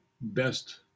best